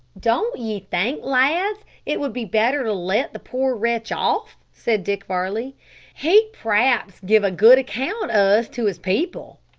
don't ye think, lads, it would be better to let the poor wretch off? said dick varley he'd p'raps give a good account o' us to his people.